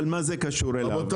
אבל מה זה קשור אליו?